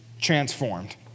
transformed